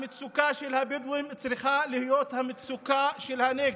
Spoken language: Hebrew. המצוקה של הבדואים צריכה להיות המצוקה של הנגב,